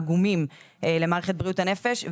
עגומים למערכת בריאות הנפש,